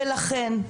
ולכן,